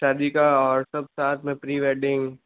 शादी का और सब साथ में प्री वेडिंग